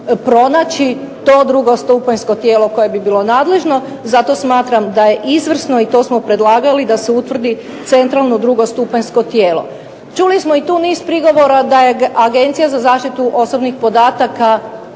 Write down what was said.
pronaći to drugostupanjsko tijelo koje bi bilo nadležno, zato smatram da je izvrsno i to smo predlagali da se utvrdi centralno drugostupanjsko tijelo. Čuli smo tu i niz prigovora da je Agencija za zaštitu osobnih podataka